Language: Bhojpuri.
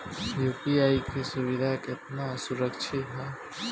यू.पी.आई सुविधा केतना सुरक्षित ह?